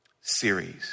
series